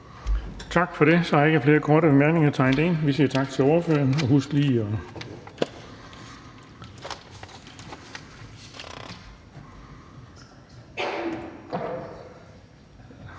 Tak for det. Så har jeg ikke flere korte bemærkninger tegnet ind. Vi siger tak til ordføreren – og husk lige at